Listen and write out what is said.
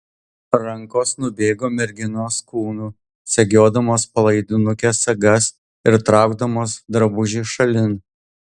rankos nubėgo merginos kūnu segiodamos palaidinukės sagas ir traukdamos drabužį šalin